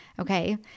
Okay